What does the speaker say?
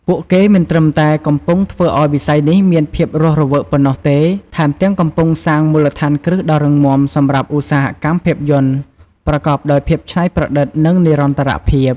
ពួកគេមិនត្រឹមតែកំពុងធ្វើឱ្យវិស័យនេះមានភាពរស់រវើកប៉ុណ្ណោះទេ ថែមទាំងកំពុងកសាងមូលដ្ឋានគ្រឹះដ៏រឹងមាំសម្រាប់ឧស្សាហកម្មភាពយន្តប្រកបដោយភាពច្នៃប្រឌិត និងនិរន្តរភាព។